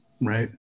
right